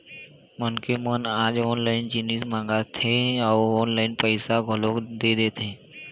मनखे मन आज ऑनलाइन जिनिस मंगाथे अउ ऑनलाइन पइसा घलोक दे देथे